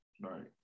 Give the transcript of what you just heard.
right